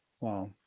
wow